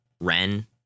Ren